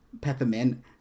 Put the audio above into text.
Peppermint